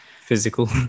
physical